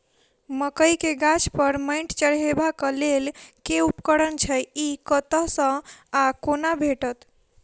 मकई गाछ पर मैंट चढ़ेबाक लेल केँ उपकरण छै? ई कतह सऽ आ कोना भेटत?